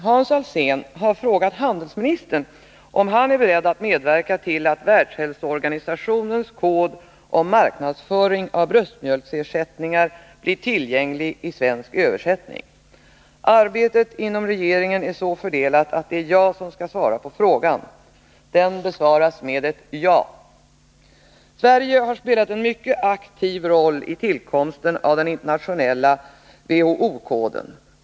Herr talman! Hans Alsén har frågat handelsministern om han är beredd att medverka till att världshälsoorganisationens kod om marknadsföring av bröstmjölksersättningar blir tillgänglig i svensk översättning. Arbetet inom regeringen är så fördelat att det är jag som skall svara på frågan. Den besvaras med ett ja. Sverige har spelat en mycket aktiv roll i tillkomsten av den internationella WHO-koden.